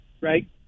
right